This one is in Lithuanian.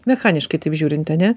mechaniškai taip žiūrint ane